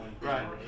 Right